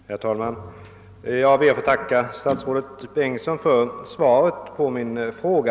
Herr talman! Jag ber att få tacka statsrådet Bengtsson för svaret på min fråga.